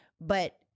but-